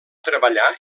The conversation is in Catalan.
treballar